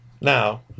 Now